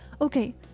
okay